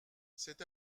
c’est